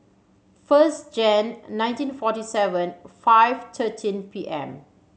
first Jan nineteen forty seven five thirteen P M